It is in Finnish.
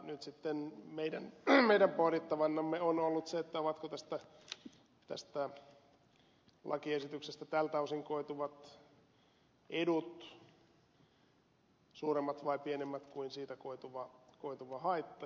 nyt sitten meidän pohdittavanamme on ollut se ovatko tästä lakiesityksestä tältä osin koituvat edut suuremmat vai pienemmät kuin siitä koituva haitta